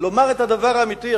לומר את הדבר האמיתי.